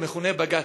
המכונה בג"ץ.